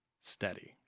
steady